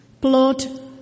blood